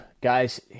guys